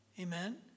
amen